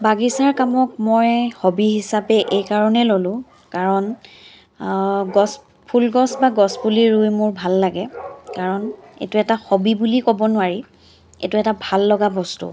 বাগিচাৰ কামক মই হবী হিচাপে এইকাৰণেই ল'লোঁ কাৰণ গছ ফুলগছ বা গছপুলি ৰুই মোৰ ভাল লাগে কাৰণ এইটো এটা হবী বুলি ক'ব নোৱাৰি এইটো এটা ভাল লগা বস্তু